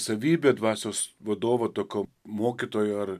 savybė dvasios vadovo tokio mokytojo ar